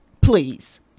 Please